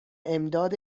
امداد